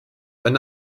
eine